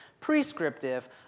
prescriptive